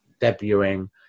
debuting